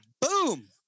Boom